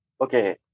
Okay